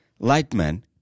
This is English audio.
lightman